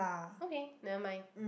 okay never mind